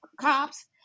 cops